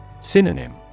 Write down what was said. Synonym